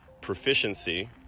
proficiency